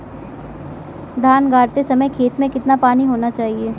धान गाड़ते समय खेत में कितना पानी होना चाहिए?